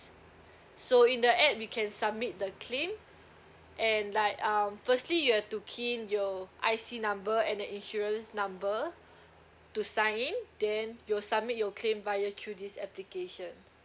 so in the app we can submit the claim and like um firstly you have to key in your I_C number and the insurance number to sign in then you'll submit your claim via through this application